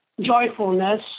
Joyfulness